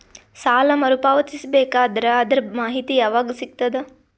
ಸಾಲ ಮರು ಪಾವತಿಸಬೇಕಾದರ ಅದರ್ ಮಾಹಿತಿ ಯವಾಗ ಸಿಗತದ?